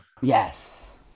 Yes